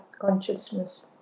consciousness